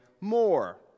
more